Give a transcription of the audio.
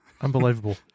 Unbelievable